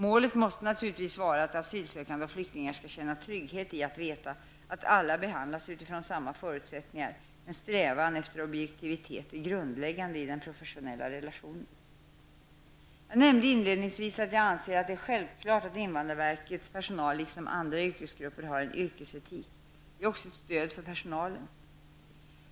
Målet måste naturligtvis vara att asylsökande och flyktingar skall känna trygghet i att veta att alla behandlas utifrån samma förutsättningar -- en strävan efter objektivitet är grundläggande i den professionella relationen. Jag nämnde inledningsvis att jag anser att det är självklart att invandrarverkets personal, liksom många andra yrkesgrupper, har en yrkesetik. Den är också ett stöd för personalen.